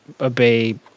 obey